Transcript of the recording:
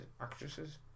actresses